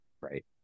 Right